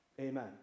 Amen